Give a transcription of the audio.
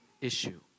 issue